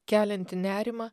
kelianti nerimą